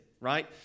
right